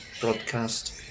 broadcast